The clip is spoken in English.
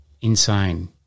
insane